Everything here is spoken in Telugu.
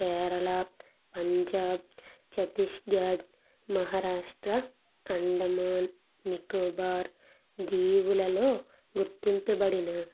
కేరళ పంజాబ్ చత్తీస్గఢ్ మహారాష్ట్ర అండమాన్ నికోబార్ దీవులలో గుర్తింపబడిన